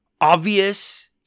obvious